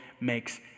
makes